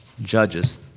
Judges